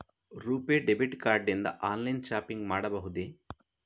RuPay debit card ನಿಂದ online shopping ಮಾಡಬಹುದೇ?